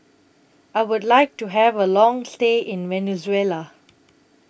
I Would like to Have A Long stay in Venezuela